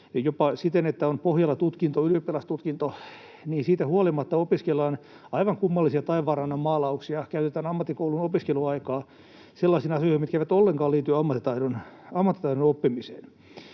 jopa siten, että pohjalla on ylioppilastutkinto, siitä huolimatta opiskellaan aivan kummallisia taivaanrannan maalauksia, käytetään ammattikoulun opiskeluaikaa sellaisiin asioihin, mitkä eivät ollenkaan liity ammattitaidon oppimiseen.